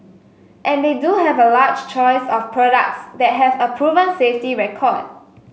and they do have a large choice of products that have a proven safety record